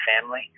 family